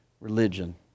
religion